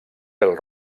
pèl